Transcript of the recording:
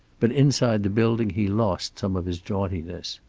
but inside the building he lost some of his jauntiness.